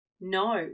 no